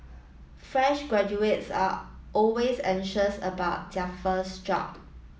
fresh graduates are always anxious about their first job